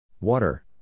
Water